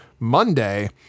Monday